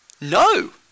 No